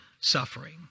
suffering